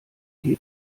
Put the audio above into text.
tee